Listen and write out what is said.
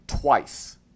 twice